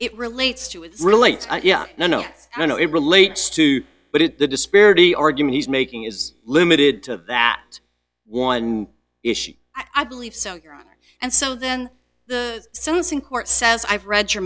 it relates to it really no no i don't know it relates to but it the disparity argument he's making is limited to that one issue i believe so your honor and so then the sentencing court says i've read your